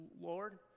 Lord